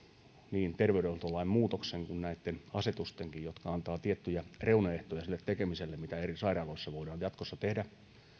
niin terveydenhuoltolain muutoksen kuin näitten asetustenkin jotka antavat tiettyjä reunaehtoja sille tekemiselle mitä eri sairaaloissa voidaan jatkossa tehdä